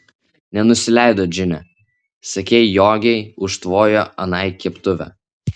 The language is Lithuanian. nenusileido džine sakei jogei užtvojo anai keptuve